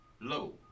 low